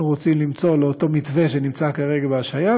רוצים למצוא לאותו מתווה שנמצא כרגע בהשהיה,